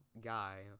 guy